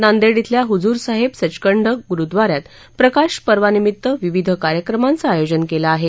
नांदेड खिल्या हुजुर साहेब संखंड गुरुद्वाऱ्यात प्रकाश पर्वानिमित्त विविध कार्यक्रमाचं आयोजन केलं आहे